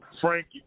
Frankie